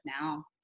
now